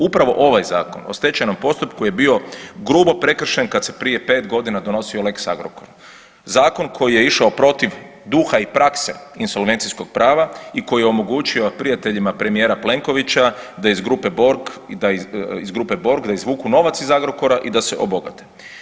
Upravo ovaj Zakon o stečajnom postupku je bio grubo prekršen kad se prije pet godina donosio lex Agrokor, zakon koji je išao protiv duha i prakse insolvencijskog prava i koji je omogućio prijateljima premijera Plenkovića da iz grupe Borg, da iz grupe Borg izvuku novac iz Agrokora i da se obogate.